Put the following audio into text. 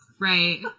Right